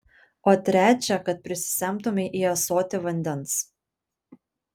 o trečią kad prisisemtumei į ąsotį vandens